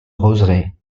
roseraie